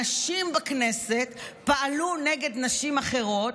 הנשים בכנסת פעלו נגד נשים אחרות,